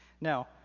Now